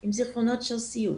עם זיכרונות של סיוט.